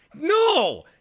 no